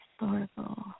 Historical